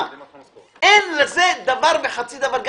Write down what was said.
אין לזה דבר וחצי דבר עם הצעת החוק.